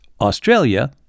Australia